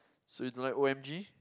so it's like O_M_G